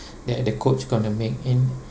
that the coach gonna make in